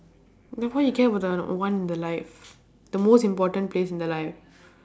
then why you care about the one in the life the most important place in the life